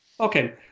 Okay